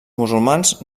musulmans